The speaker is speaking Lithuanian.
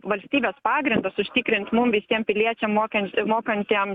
valstybės pagrindas užtikrint mum visiem piliečiam mokan mokantiem